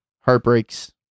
Heartbreaks